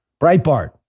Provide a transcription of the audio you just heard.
Breitbart